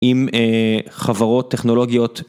עם אה.. חברות טכנולוגיות.